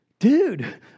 Dude